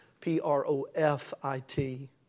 P-R-O-F-I-T